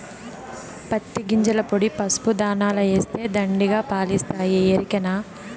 పత్తి గింజల పొడి పసుపు దాణాల ఏస్తే దండిగా పాలిస్తాయి ఎరికనా